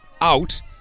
out